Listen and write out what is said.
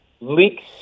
leaks